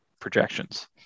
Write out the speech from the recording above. projections